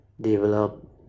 develop